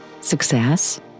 Success